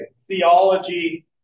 theology